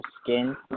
skin